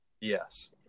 yes